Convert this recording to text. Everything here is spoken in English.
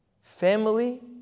Family